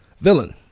villain